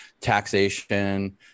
Taxation